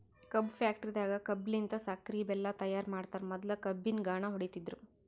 ಕಬ್ಬ್ ಫ್ಯಾಕ್ಟರಿದಾಗ್ ಕಬ್ಬಲಿನ್ತ್ ಸಕ್ಕರಿ ಬೆಲ್ಲಾ ತೈಯಾರ್ ಮಾಡ್ತರ್ ಮೊದ್ಲ ಕಬ್ಬಿನ್ ಘಾಣ ಹೊಡಿತಿದ್ರು